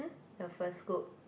the first scoop